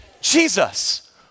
Jesus